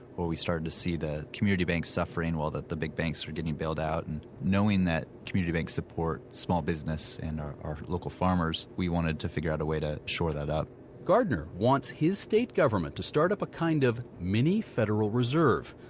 where we started to see the community banks suffering while the big banks were getting bailed out and knowing that community banks support small business and our our local farmers, we wanted to figure out a way to shore that up gardner wants his state government to start up a kind of mini-federal reserve,